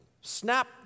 Snap